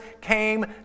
came